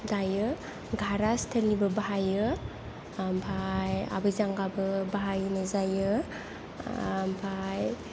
दायो गारहा स्टिलनिबो बाहायो ओमफ्राय आबै जांगाबो बाहायनाय जायो ओमफ्राय